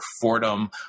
Fordham